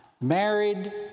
married